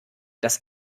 das